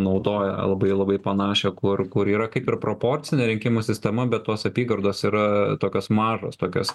naudoja labai labai panašią kur kur yra kaip ir proporcinė rinkimų sistema bet tos apygardos yra tokios mažos tokios